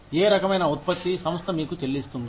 ఏ రకమైన ఉత్పత్తి సంస్థ మీకు చెల్లిస్తుంది